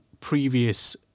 previous